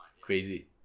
Crazy